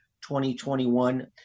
2021